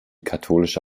katholische